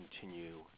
continue